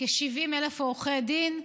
כ-70,000 עורכי דין,